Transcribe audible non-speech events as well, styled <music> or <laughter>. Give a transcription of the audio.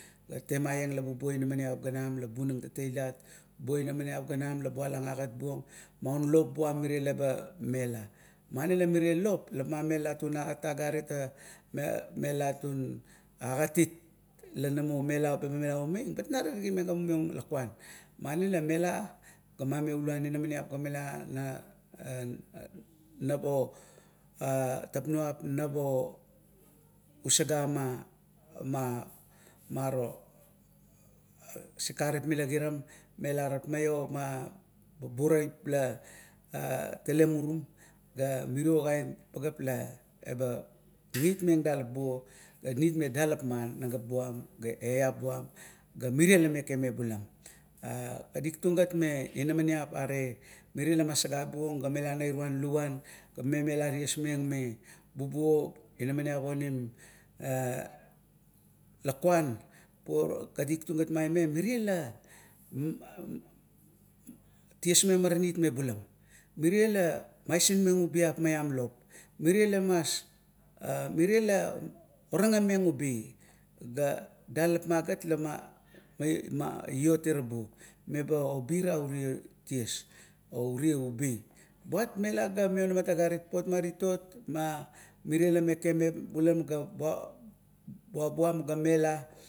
Temaieng meba inamaniap ganam la bunang tatailit bubuo inamaniap ganam la bualang agat buong maun buam mire la mela. Muana la mire lop la mamelat un agat, melat agatit la namo melat umeang, bet ina terigimeng me lakuan mani la mela ga mameluan inamaniap ga mela na <hesitation> napo a tapnup nap usagama, ma maro sikarip mila mila giram mela tapmaio ma ma buraip la, a tale murum, ga miro kaen pagea laba nitmeng dalap ma nagap buam ga eap buam ga mire la meke me bulam. A kadik tung gat me inamaniap mire la masagabuong ga mela na irung livun mimemela ties meng me, bubuo inamaniap onim a lakuan. Kadik tung gat maime mire la <hesitation> ties meng maranit me bulam, mire la maising meng ubiap maiam lop, mire lama mire la oragameng ubi, gat dalap magat lama iot ira buo, meba pbira ure tias oure ubi. Buat mila ga mionamat ogat, papot ma titot ma mire la meke meke me bulam ga buabum ga mela.